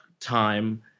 time